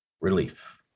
relief